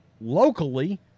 locally